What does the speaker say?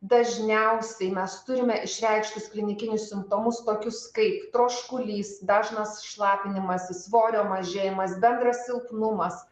dažniausiai mes turime išreikštus klinikinius simptomus tokius kaip troškulys dažnas šlapinimasis svorio mažėjimas bendras silpnumas